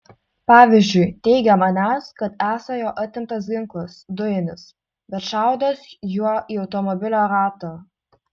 pavyzdžiui teigia manęs kad esą jo atimtas ginklas dujinis bet šaudęs juo į automobilio ratą